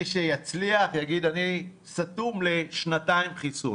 מי שיצליח יאמר שהוא סתום לשנתיים חיסון.